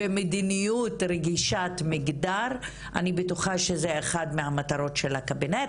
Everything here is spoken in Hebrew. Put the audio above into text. ומדיניות רגישת מגדר אני בטוחה שזה אחת מהמטרות של הקבינט,